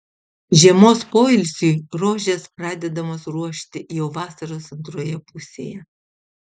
žiemos poilsiui rožės pradedamos ruošti jau vasaros antroje pusėje